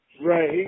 Right